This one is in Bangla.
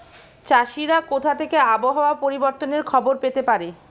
চাষিরা কোথা থেকে আবহাওয়া পরিবর্তনের খবর পেতে পারে?